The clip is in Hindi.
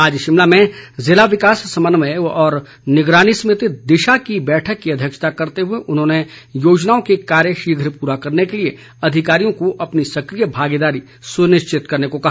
आज शिमला में ज़िला विकास समन्वय और निगरानी समिति दिशा की बैठक की अध्यक्षता करते हुए उन्होंने योजनाओं के कार्य शीघ्र पूरा करने के लिए अधिकारियों को अपनी सक्रिय भागीदारी सुनिश्चित करने को कहा